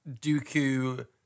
Dooku